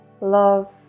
Love